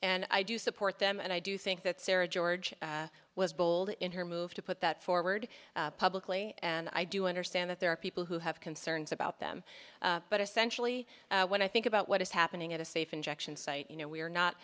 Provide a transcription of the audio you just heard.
and i do support them and i do think that sara george was bold in her move to put that forward publicly and i do understand that there are people who have concerns about them but essentially when i think about what is happening at a safe injection site you know we are not